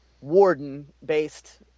Warden-based